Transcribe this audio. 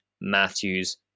Matthews